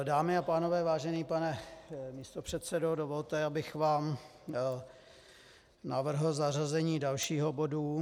Dámy a pánové, vážený pane místopředsedo, dovolte, abych vám navrhl zařazení dalšího bodu.